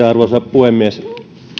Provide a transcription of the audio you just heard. arvoisa puhemies